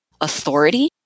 authority